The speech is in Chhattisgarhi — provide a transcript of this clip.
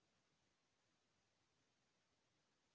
पर्सनल ऋण का होथे?